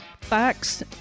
Facts